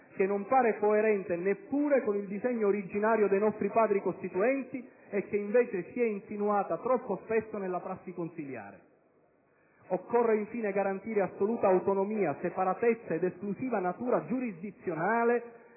che non pare coerente neppure con il disegno originario dei nostri Padri costituenti e che, invece, si è insinuata troppo spesso nella prassi consiliare. Occorre, infine, garantire assoluta autonomia, separatezza ed esclusiva natura giurisdizionale